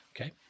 Okay